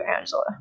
Angela